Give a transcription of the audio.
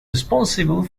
responsible